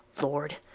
Lord